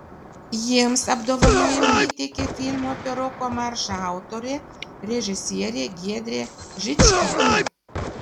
jiems apdovanojimą įteikė filmo apie roko maršą autorė režisierė giedrė žičkytė